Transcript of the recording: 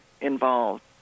involved